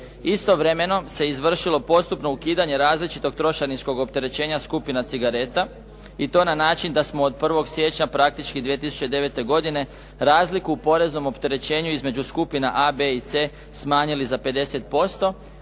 Istovremeno se izvršilo postupno ukidanje različitog trošarničkog opterećenja skupina cigareta i to na način da smo od 1. siječnja praktički 2009. godine razliku u poreznom opterećenju između skupina A, B i C smanjili za 50%,